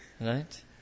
right